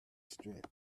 strength